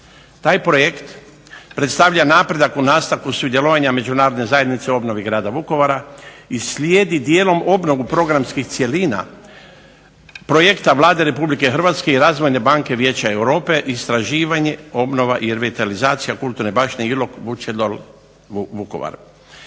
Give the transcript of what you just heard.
Taj projekt predstavlja napredak u nastavku sudjelovanja Međunarodne zajednice u obnovi Grada Vukovara i slijedi dijelom obnovu programskih cjelina projekta Vlade Republike Hrvatske i Razvojne banke Vijeća Europe, istraživanje, obnova i revitalizacija kulturne baštine Ilok, Vučedol